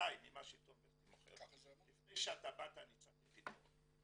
לפני שבאת אני הצעתי פתרון